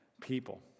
people